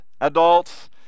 adults